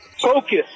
Focus